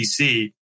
DC